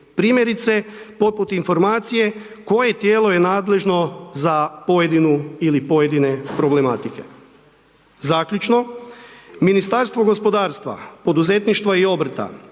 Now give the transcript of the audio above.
primjerice poput informacije koje tijelo je nadležno za pojedinu ili pojedine problematike. Zaključno, Ministarstvo gospodarstva, poduzetništva i obrta